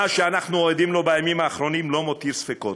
מה שאנחנו עדים לו בימים האחרונים לא מותיר ספקות: